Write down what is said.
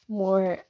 more